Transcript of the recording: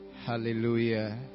Hallelujah